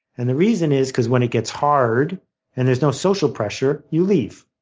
and the reason is because when it gets hard and there's no social pressure, you leave.